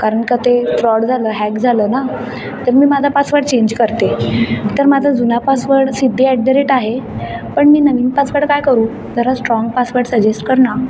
कारण का ते फ्रॉड झालं हॅक झालं ना तर मी माझा पासवर्ड चेंज करते तर माझा जुना password Siddhi at the rate आहे पण मी नवीन पासवर्ड काय करू जरा स्ट्राँग पासवर्ड सजेस्ट कर ना